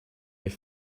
they